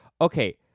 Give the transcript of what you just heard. Okay